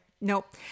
Nope